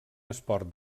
esport